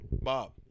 Bob